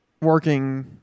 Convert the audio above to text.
working